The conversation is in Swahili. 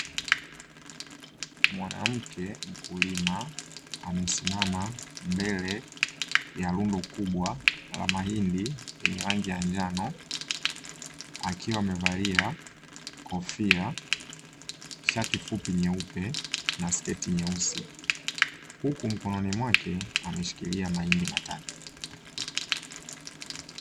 Mwanamke mkulima amesimama mbele ya rundo kubwa la mahindi yenye rangi ya njano, akiwa amevalia kofia, shati fupi nyeupe na sketi nyeusi, huku mkononi mwake ameshikilia mahindi matatu.